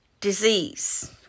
disease